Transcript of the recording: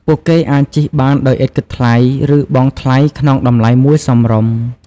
ពួកគេអាចជិះបានដោយឥតគិតថ្លៃ ឬបង់ថ្លៃក្នុងតម្លៃមួយសមរម្យ។